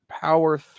power